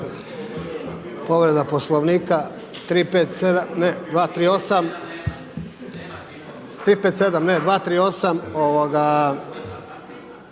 povredu Poslovnika